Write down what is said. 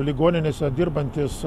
ligoninėse dirbantys